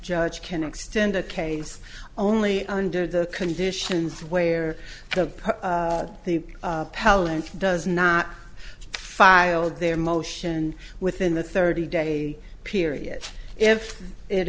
judge can extend the case only under the conditions where the the palenque does not filed their motion within the thirty day period if it